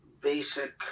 basic